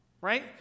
Right